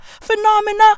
phenomena